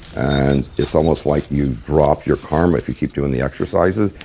and it's almost like you drop your karma if you keep doing the exercises,